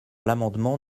l’amendement